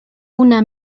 una